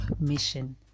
mission